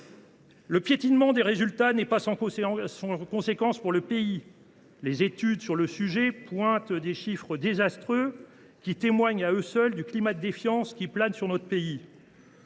Ce piétinement des résultats n’est pas sans conséquence pour le pays. Les études sur le sujet mettent en relief des chiffres désastreux, qui témoignent à eux seuls du climat de défiance qui règne dans le pays.